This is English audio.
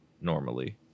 normally